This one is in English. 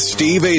Steve